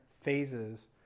phases